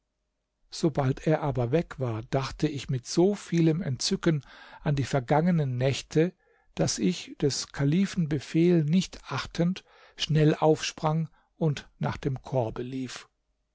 sobald er aber weg war dachte ich mit so vielem entzücken an die vergangenen nächte daß ich des kalifen befehl nicht achtend schnell aufsprang und nach dem korbe lief